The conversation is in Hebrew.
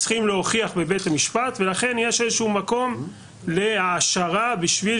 צריכים להוכיח בבית המשפט ולכן יש איזשהו מקום להעשרה בשביל